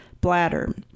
bladder